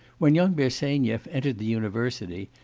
when young bersenyev entered the university,